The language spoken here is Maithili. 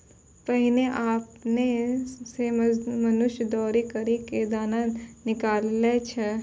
पहिने आपने सें मनुष्य दौरी करि क दाना निकालै छलै